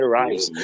rise